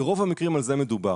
ברוב המקרים על זה מדובר,